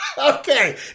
Okay